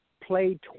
played